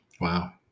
wow